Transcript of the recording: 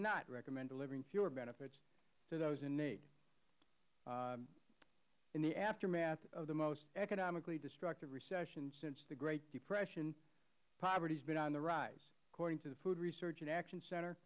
not recommend delivering fewer benefits to those in need in the aftermath of the most economically destructive recession since the great depression poverty has been on the rise according to the food research and action cent